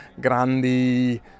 Grandi